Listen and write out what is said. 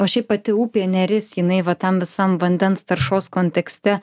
o šiaip pati upė neris jinai va tam visam vandens taršos kontekste